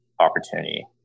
opportunity